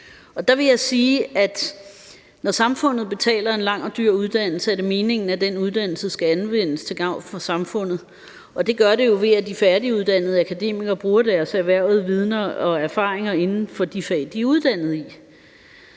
Og der vil jeg sige, at når samfundet betaler en lang og dyr uddannelse, er det meningen, at den uddannelse skal anvendes til gavn for samfundet. Og det bliver den jo, ved at de færdiguddannede akademikere bruger deres erhvervede viden og erfaringer inden for de fag, de er uddannet i.